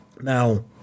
Now